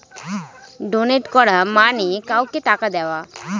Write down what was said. donate করা মানে কাউকে টাকা দেওয়া